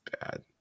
bad